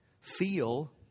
feel